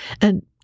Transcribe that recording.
And